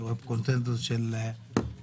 אני רואה פה קונצנזוס של 100%,